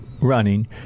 running